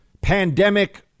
pandemic